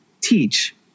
teach